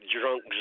Drunk